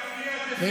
אתה